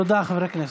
תודה, חבר הכנסת.